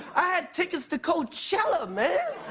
i had tickets to coachella, man.